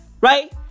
Right